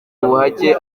ubuhake